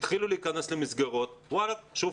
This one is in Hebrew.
התחילו להיכנס למסגרות וואלה, שוב